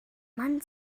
man